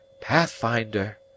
pathfinder